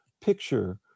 picture